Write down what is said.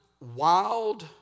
wild